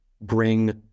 bring